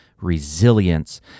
resilience